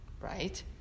right